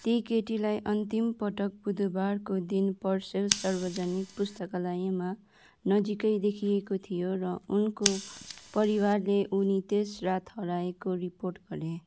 ती केटीलाई अन्तिमपटक बुधवारको दिन पर्सेल सार्वजनिक पुस्तकालयमा नजिकै देखिएको थियो र उनको परिवारले उनी त्यस रात हराएको रिपोर्ट गरे